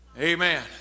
amen